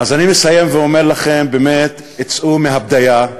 אז אני מסיים ואומר לכם, באמת, תצאו מהבדיה,